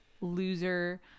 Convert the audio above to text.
Loser